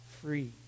free